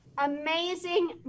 amazing